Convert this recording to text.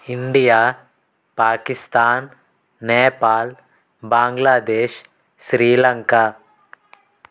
India Pakistan Nepal Bangladesh Sri Lanka